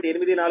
84 p